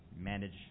manage